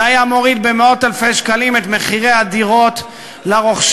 זה היה מוריד במאות אלפי שקלים את מחירי הדירות לרוכשים,